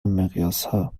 مقیاسها